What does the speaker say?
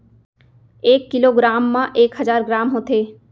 एक kilogram मा एक हजार ग्राम होथे